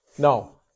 No